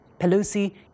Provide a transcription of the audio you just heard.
Pelosi